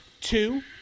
Two